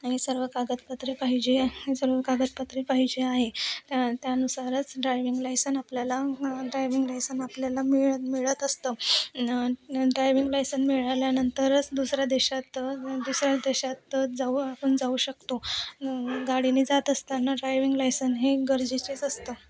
हे सर्व कागदपत्रे पाहिजे हे सर्व कागदपत्रे पाहिजे आहे त्या त्यानुसारच ड्रायविंग लायसन आपल्याला ड्रायव्हिंग लायसन आपल्याला मिळ मिळत असतं न न ड्रायविंग लायसन मिळाल्यानंतरच दुसऱ्या देशात दुसऱ्या देशात जाऊ आपण जाऊ शकतो न गाडीने जात असताना ड्रायविंग लायसन हे गरजेचेच असतं